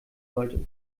sollte